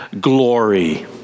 glory